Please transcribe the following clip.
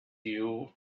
you